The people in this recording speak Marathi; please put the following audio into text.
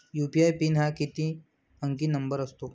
यू.पी.आय पिन हा किती अंकी नंबर असतो?